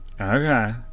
okay